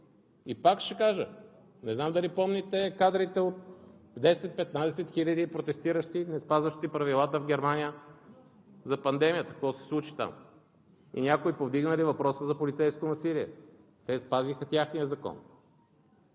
и пак ще кажа – не знам дали помните кадрите от 10 – 15 хиляди протестиращи и неспазващи правилата в Германия за пандемията, какво се случи там, и някой повдигна ли въпроса за полицейско насилие? Те спазиха техния закон.